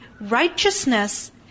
righteousness